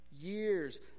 Years